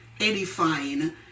edifying